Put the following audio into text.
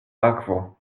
akvo